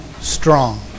strong